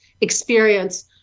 experience